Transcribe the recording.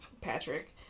Patrick